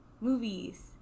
movies